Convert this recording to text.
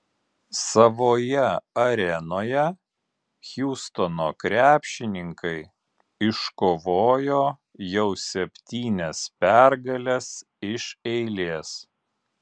savoje arenoje hjustono krepšininkai iškovojo jau septynias pergales iš eilės